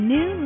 New